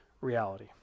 reality